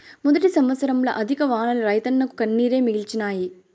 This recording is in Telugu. మొదటి సంవత్సరంల అధిక వానలు రైతన్నకు కన్నీరే మిగిల్చినాయి